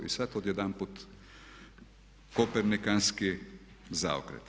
I sad odjedanput kopernikanski zaokret.